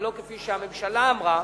ולא כפי שהממשלה אמרה,